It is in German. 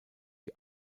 die